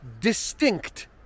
distinct